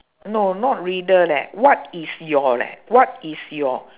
no not riddle leh what is your leh what is your